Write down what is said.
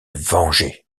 venger